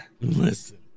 Listen